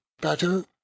Better